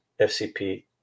FCP